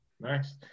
Nice